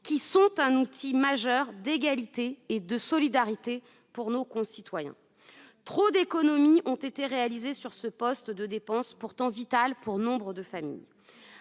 qui sont un outil majeur d'égalité et de solidarité pour nos concitoyens. Trop d'économies ont été réalisées sur ce poste de dépenses, pourtant vital pour nombre de familles.